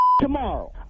tomorrow